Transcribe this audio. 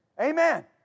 amen